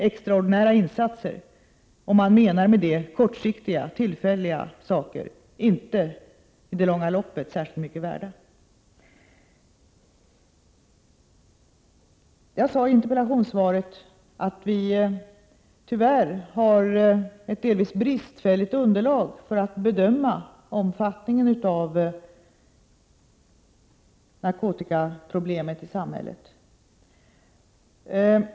Extraordinära insatser — om man med det menar kortsiktiga, tillfälliga insatser — är därför inte särskilt mycket värda i det långa loppet. Jag sade i interpellationssvaret att vi tyvärr har ett delvis bristfälligt underlag när det gäller att bedöma omfattningen av narkotikaproblemet i samhället.